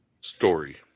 story